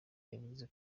yavuze